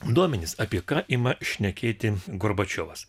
duomenys apie ką ima šnekėti gorbačiovas